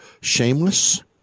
Shameless